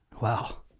Wow